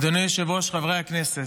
אדוני היושב-ראש, חברי הכנסת,